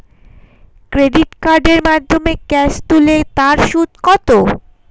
Credit কার্ডের মাধ্যমে cash তুলে তার সুদ কত?